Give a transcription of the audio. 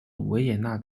维也纳